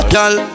Girl